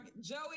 Joey